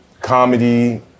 comedy